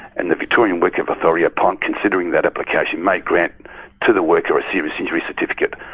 and the victorian workcover authority, upon considering that application, may grant to the worker a serious injury certificate,